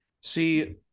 See